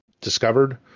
discovered